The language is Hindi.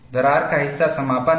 दरार का हिस्सा समापन है